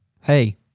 hey